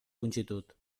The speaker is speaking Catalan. longitud